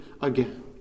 again